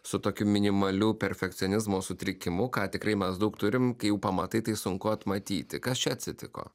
su tokiu minimaliu perfekcionizmo sutrikimu ką tikrai mes daug turim kai jau pamatai tai sunku atmatyti kas čia atsitiko